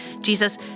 Jesus